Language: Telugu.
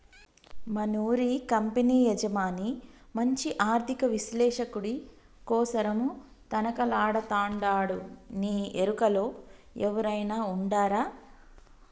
మనూరి కంపెనీ యజమాని మంచి ఆర్థిక విశ్లేషకుడి కోసరం తనకలాడతండాడునీ ఎరుకలో ఎవురైనా ఉండారా